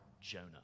Jonah